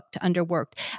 underworked